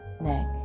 neck